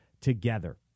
together